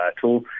tool